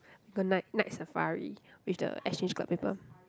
go night Night-Safari with the exchange club people